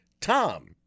Tom